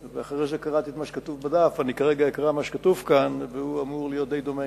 מה ייעשה כדי להחזיר את המים